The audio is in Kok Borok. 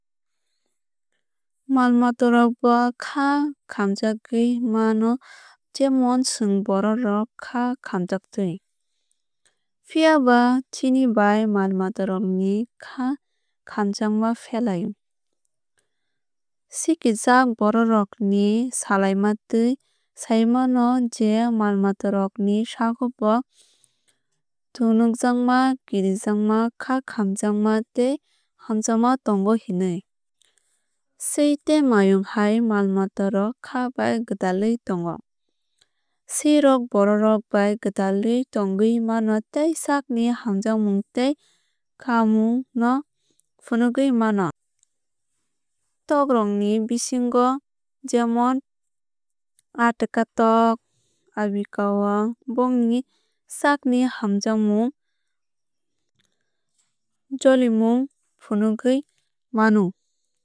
Mal mata rok bo kha khamjagwui mano jemon chwng borok rok kha khamjaktwui. Phiaba chini bai mal mata rok ni kha khamjakma pherlai o. Swkijak borok rok ni salaimatwui sai mano je mal mata rok ni sago bo thongthojakma kirijagma kha khamjama tei hamjagma tongo hinui. Sui tei mayung hai mal mata rok kha bai gwdalwui tongo. Sui rok borok rok bai kha gwdalwui tongwui mano tei sakni hamjakmung tei kha khamung no funugwui mano. Tok rok ni bisingo jemon atka tok abi kaowa bongni sak ni hamjakmung jolimung funugwui mano.